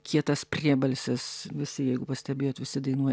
kietas priebalsės visi jeigu pastebėjot visi dainuoja